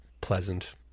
pleasant